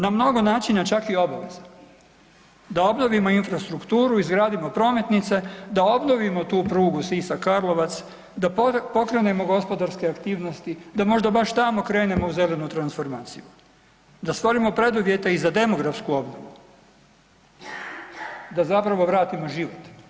Na mnogo načina čak i obaveza, da obnovimo infrastrukturu, izgradimo prometnice, da obnovimo tu prugu Sisak-Karlovac, da pokrenemo gospodarske aktivnosti, da možda baš tamo krenemo u zelenu transformaciju, da stvorimo preduvjete i za demografsku obnovu, da zapravo vratimo život.